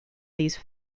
these